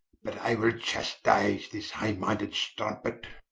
but i will chastise this high-minded strumpet.